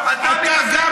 אתה מתעסק